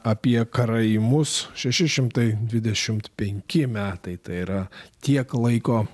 apie karaimus šeši šimtai dvidešimt penki metai tai yra tiek laiko